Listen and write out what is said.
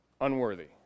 unworthy